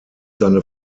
seine